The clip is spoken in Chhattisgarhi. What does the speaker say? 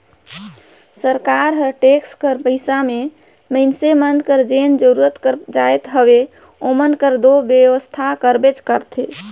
सरकार हर टेक्स कर पइसा में मइनसे मन कर जेन जरूरत कर जाएत हवे ओमन कर दो बेवसथा करबेच करथे